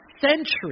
centuries